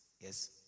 Yes